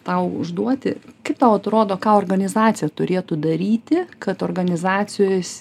tau užduoti kaip tau atrodo ką organizacija turėtų daryti kad organizacijos